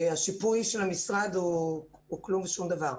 השיפוי של המשרד הוא כלום ושום דבר.